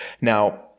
Now